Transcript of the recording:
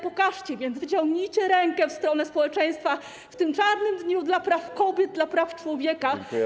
Pokażcie więc, wyciągnijcie rękę w stronę społeczeństwa w tym czarnym dniu dla praw kobiet, dla praw człowieka.